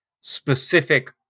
specific